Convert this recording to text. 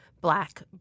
black